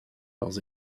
leurs